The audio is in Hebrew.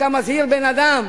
כשאתה מזהיר בן-אדם